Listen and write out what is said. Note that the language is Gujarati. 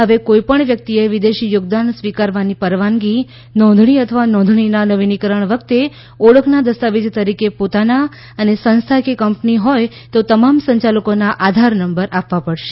હવે કોઈપણ વ્યક્તિએ વિદેશી થોગદાન સ્વીકારવાની પરવાનગી નોંધણી અથવા નોંધણીના નવીનીકરણ વખતે ઓળખના દસ્તાવેજ તરીકે પોતાન અને સંસ્થા કે કંપની હોય તો તમામ સંચાલકોના આધાર નંબર આપવા પડશે